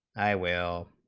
i will